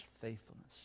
faithfulness